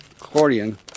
accordion